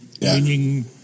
meaning